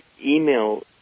email